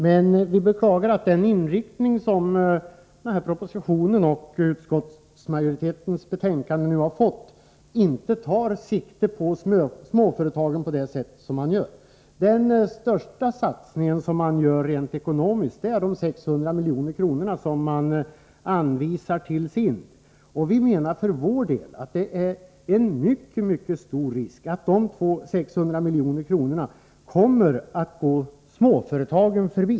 Men vi beklagar att man, med den inriktning som denna proposition och utskottsmajoritetens skrivning har fått, inte tar sikte på småföretagen på ett annat sätt. Den största satsningen rent ekonomiskt är de 600 milj.kr. som man anvisar till SIND. Vi menar för vår del att det finns en mycket stor risk för att dessa 600 milj.kr. kommer att gå småföretagen förbi.